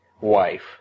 wife